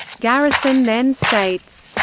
garrison then states,